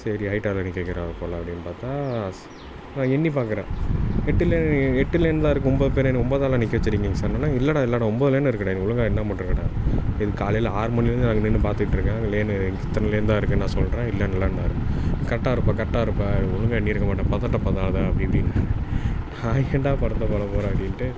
சரி height order நிற்க வைக்கிறாங்க போலே அப்படின்னு பார்த்தா ஸ் எண்ணிப் பார்க்கறேன் எட்டு லேன் எட்டு லேன் தான் இருக்குது ஒன்போது பேர் என்னை ஒன்போதாளா நிற்க வெச்சுருக்கீங்க சொன்னவொடன்னே இல்லைடா இல்லைடா ஒன்போது லேன் இருக்குதுடா நீ ஒழுங்கா எண்ணாமல் விட்டிருக்கடா இது காலையில் ஆறு மணியிலேருந்து நான் அங்கே நின்று பார்த்துட்ருக்கேன் லேனு இத்தனை லேன் தான் இருக்குது நான் சொல்கிறேன் இல்லை இல்லைன்னாரு கரெக்டாக இருப்பா கரெக்டா இருப்பா ஒழுங்கா எண்ணியிருக்க மாட்டே பதட்டப்படாத அப்படி இப்படின்னு நான் ஏன்டா பதடத்தப்பட போகிறேன் அப்படின்ட்டு